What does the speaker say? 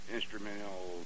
instrumental